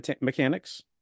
mechanics